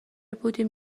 بودیم